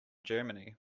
germany